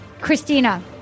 Christina